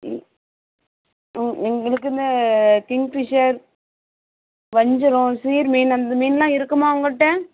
ம் எங்களுக்கு அந்த கிங்ஃபிஷ்ஷர் வஞ்சிரம் சீர் மீன் அந்த மீனெலாம் இருக்குமா உங்கள்கிட்ட